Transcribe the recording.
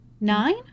nine